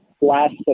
last